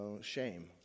shame